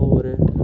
होर